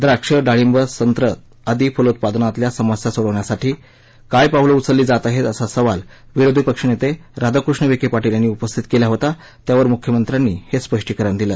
द्राक्षं डाळींब संत्रं आदी फलोत्पादनातल्या समस्या सोडवण्यासाठी काय पावलं उचलली जात आहेत असा सवाल विरोधी पक्ष नेते राधाकृष्ण विखे पाटील यांनी उपस्थित केला होता त्यावर मुख्यमंत्र्यांनी हे स्पष्टीकरण दिलं